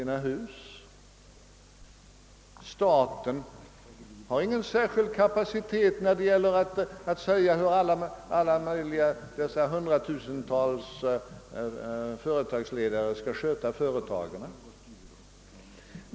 Inte heller har staten någon särskild kapacitet att klara ut hur alla de hundratusentals företagsledarna skall sköta företagen.